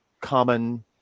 common